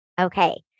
Okay